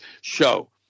show